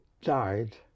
died